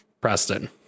Preston